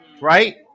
right